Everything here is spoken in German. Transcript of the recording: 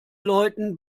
leuten